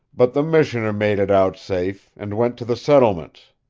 but the missioner made it out safe, and went to the settlements.